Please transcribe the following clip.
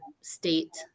state